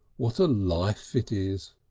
what a life it is!